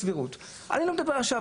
אני לא מדבר עכשיו,